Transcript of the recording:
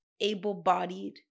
able-bodied